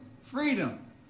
freedom